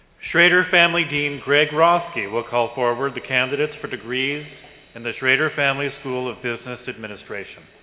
schroeder family dean greg rawski will call forward the candidates for degrees in the schroeder family school of business administration.